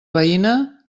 veïna